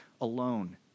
alone